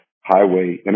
highway